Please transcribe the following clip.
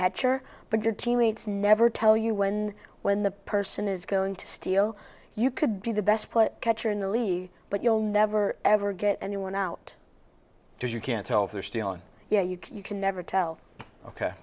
catcher but your teammates never tell you when when the person is going to steal you could be the best player catcher in the league but you'll never ever get anyone out there you can't tell if they're stealing yeah you can never tell ok